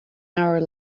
hour